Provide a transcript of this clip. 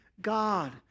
God